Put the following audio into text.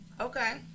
Okay